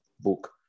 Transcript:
book